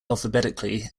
alphabetically